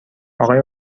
اقای